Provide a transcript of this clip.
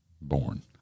born